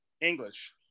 English